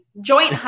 joint